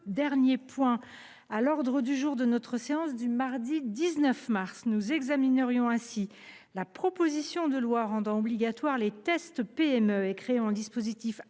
inscrits à l’ordre du jour de notre séance du mardi 19 mars prochain. Nous examinerions ainsi la proposition de loi rendant obligatoires les tests PME et créant un dispositif